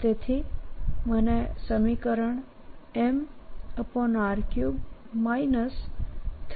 તેથી મને સમીકરણ m r3 3 m